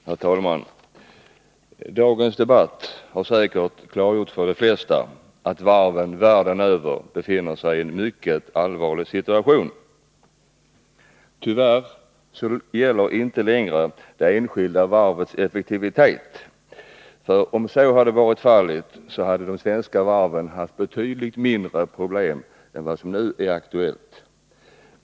Herr talman! Dagens debatt har säkert klargjort för de flesta att varven världen över befinner sig i en mycket allvarlig situation. Tyvärr gäller inte längre det enskilda varvets effektivitet, för om så hade varit fallet hade de svenska varven haft betydligt mindre problem än vad som nu är aktuellt.